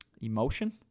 emotion